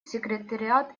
секретариат